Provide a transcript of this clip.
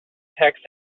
text